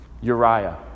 Uriah